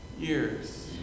years